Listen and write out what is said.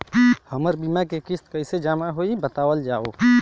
हमर बीमा के किस्त कइसे जमा होई बतावल जाओ?